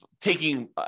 taking